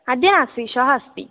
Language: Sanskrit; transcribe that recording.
अद्य नास्ति श्वः अस्ति